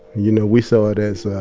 you know, we saw it as ah